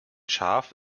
schaf